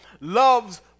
loves